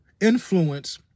influence